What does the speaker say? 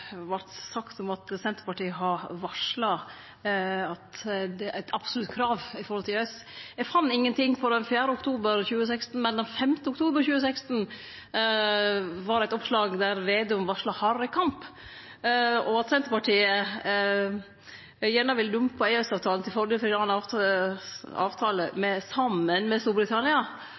vart sagt om at Senterpartiet har varsla at det er eit absolutt krav i høve til EØS. Eg fann ingen ting frå den 4. oktober 2016, men den 5. oktober 2016 var det eit oppslag der Slagsvold Vedum varsla hardare kamp, og at Senterpartiet gjerne ville dumpe EØS-avtalen til fordel for ein annan avtale saman med Storbritannia.